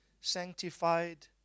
Sanctified